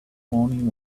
morning